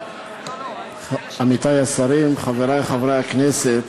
עמיתי השרים, חברי חברי הכנסת,